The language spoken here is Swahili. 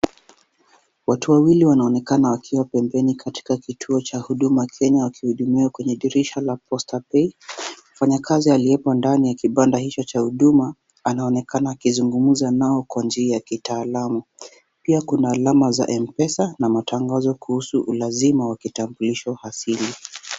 Watu wawili wanaoonekana wakiwa pembeni katika kituo cha huduma Kenya wakihudumiwa kwenye dirisha la posta pay . Mfanyikazi aliye kwenye kibanda hicho cha huduma anaonekana akizungumza nao kwa njia ya kitaalamu. Pia kuna alama za mpesa na matangazo kuhusu ulazima wa kitambulisho asili.